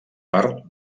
per